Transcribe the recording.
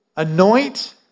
anoint